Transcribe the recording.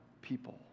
people